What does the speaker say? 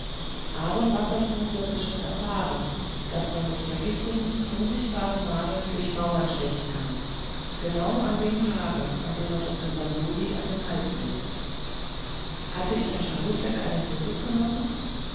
aaron wassertrum wird es schon erfahren daß man mit vergifteten unsichtbaren nadeln durch mauern stechen kann genau an dem tage an dem er dr savioli an den hals will hatte ich an charousek einen